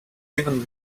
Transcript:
even